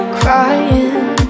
crying